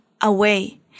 away